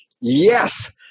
yes